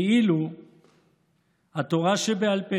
כאילו התורה שבעל פה